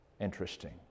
interesting